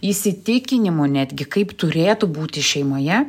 įsitikinimo netgi kaip turėtų būti šeimoje